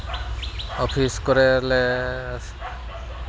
office ᱠᱚᱨᱮ ᱞᱮ